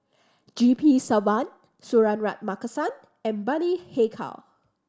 G P Selvam Suratman Markasan and Bani Haykal